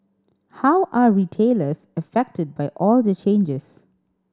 how are retailers affected by all the changes